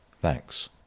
Thanks